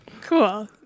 Cool